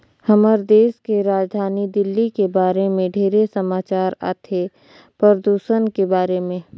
हमर देश के राजधानी दिल्ली के बारे मे ढेरे समाचार आथे, परदूषन के बारे में